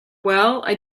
well—i